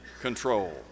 control